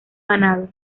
ganado